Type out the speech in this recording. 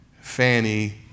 Fanny